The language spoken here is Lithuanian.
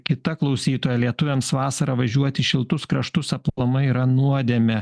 kita klausytoja lietuviams vasarą važiuoti į šiltus kraštus aplamai yra nuodėmė